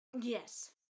Yes